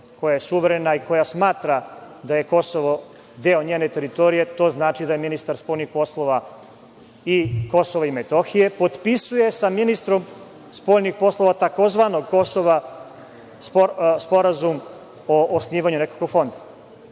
koja je suverena i koja smatra da je Kosovo deo njene teritorije, to znači da ministar spoljnih poslova i Kosova i Metohije, potpisuje sa ministrom spoljnih poslova tzv. „Kosova“ sporazum o osnivanju nekakvog fonda. Ima